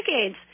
decades